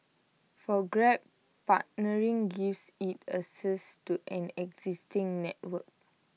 for grab partnering gives IT access to an existing network